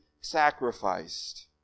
sacrificed